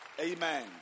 Amen